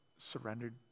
surrendered